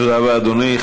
תודה רבה, אדוני.